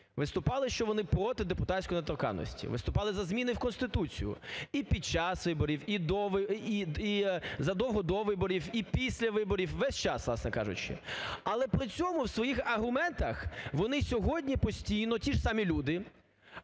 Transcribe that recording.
Виступали, що вони проти депутатської недоторканності, виступали за зміни в Конституцію і під час виборів, і до вибо… і задовго до виборів, і після виборів – увесь час, власне кажучи. Але при цьому в своїх аргументах вони сьогодні постійно – ті ж самі люди